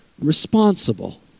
responsible